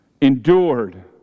endured